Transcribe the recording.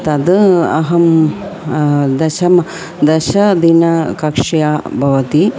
तद् अहं दशमः दशदिनकक्ष्या भवति